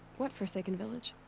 what forsaken village?